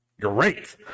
great